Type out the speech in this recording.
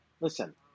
listen